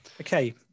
Okay